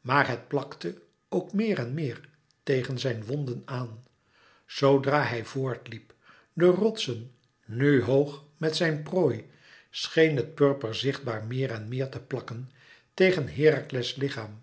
maar het plakte ook meer en meer tegen zijn wonden aan zoodra hij voort liep de rotsen nu hoog met zijn prooi scheen het purper zichtbaar meer en meer te plakken tegen herakles lichaam